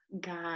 God